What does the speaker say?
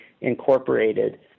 incorporated